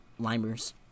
Limers